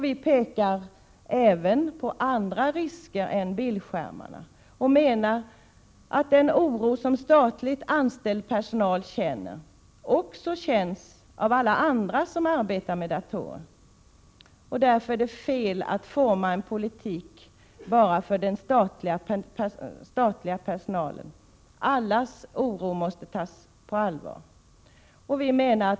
Vi pekar även på andra risker än bildskärmarna och menar att den oro som statligt anställd personal känner också känns av alla andra som arbetar med datorer. Därför är det fel att forma en politik bara för den statliga personalen — allas oro måste tas på allvar.